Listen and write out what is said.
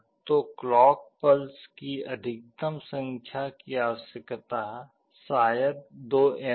तो clock pulse की अधिकतम संख्या की आवश्यकता शायद 2n है